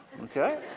okay